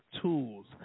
tools